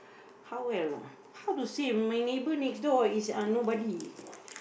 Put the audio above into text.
how well ah how to say my neighbour next door is uh nobody